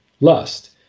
lust